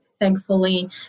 thankfully